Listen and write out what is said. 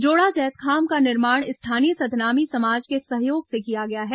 जोड़ा जैतखाम का निर्माण स्थानीय सतनामी समाज के सहयोग से किया गया है